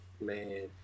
man –